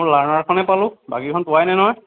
মোৰ লাৰ্ণাৰখনহে পালোঁ বাকীকেইখন পোৱাই নাই নহয়